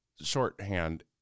shorthand